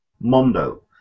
Mondo